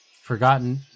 Forgotten